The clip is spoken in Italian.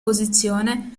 posizione